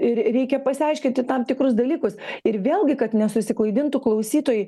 ir reikia pasiaiškinti tam tikrus dalykus ir vėlgi kad nesusiklaidintų klausytojai